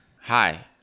Hi